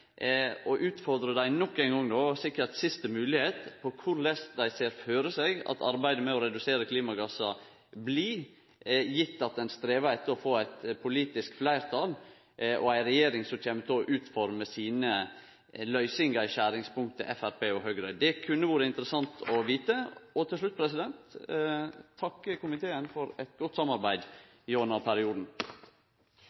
Eg utfordrar dei nok ein gong – det er sikkert siste moglegheit – på korleis dei ser føre seg at arbeidet med å redusere klimagassar blir, gitt at ein strevar etter å få eit politisk fleirtal og ei regjering som kjem til å utforme sine løysingar i skjeringspunktet mellom Framstegspartiet og Høgre. Det kunne vore interessant å vite. Til slutt vil eg takke komiteen for eit godt samarbeid